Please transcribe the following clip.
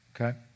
okay